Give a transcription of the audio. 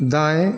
दाएं